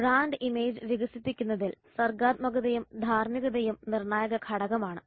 brand image വികസിപ്പിക്കുന്നതിൽ സർഗ്ഗാത്മകതയും ധാർമ്മികതയും നിർണായക ഘടകമാണ്